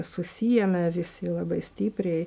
susiėmė visi labai stipriai